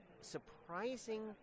Surprising